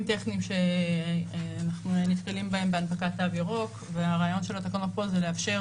טכניים שאנחנו נתקלים בהם בהנפקת תו ירוק והרעיון של התקנות פה זה לאפשר